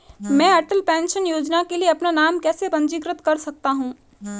मैं अटल पेंशन योजना के लिए अपना नाम कैसे पंजीकृत कर सकता हूं?